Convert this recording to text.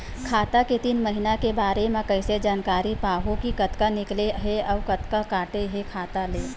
खाता के तीन महिना के बारे मा कइसे जानकारी पाहूं कि कतका निकले हे अउ कतका काटे हे खाता ले?